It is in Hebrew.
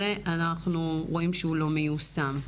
ואנחנו רואים שהוא לא מיושם.